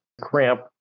cramp